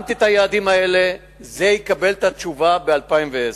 שמתי את היעדים האלה, זה יקבל את התשובה ב-2010.